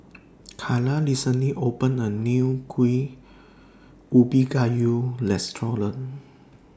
Carla recently opened A New Kueh Ubi Kayu Restaurant